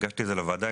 הגשתי את זה לוועדה,